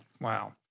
Wow